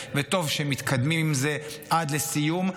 וטוב שמתקדמים עם זה עד לסיום.